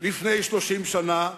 לפני 30 שנה,